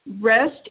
Rest